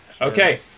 Okay